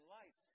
life